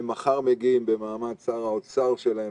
לקחנו דוגמאות מחו"ל איך אפשר לעשות מופעים בחוץ,